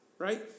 Right